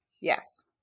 Yes